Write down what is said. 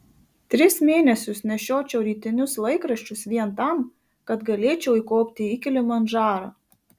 tris mėnesius nešiočiau rytinius laikraščius vien tam kad galėčiau įkopti į kilimandžarą